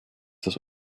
das